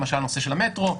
למשל הנושא של המטרו,